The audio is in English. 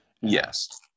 Yes